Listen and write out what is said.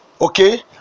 okay